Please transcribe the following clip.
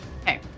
Okay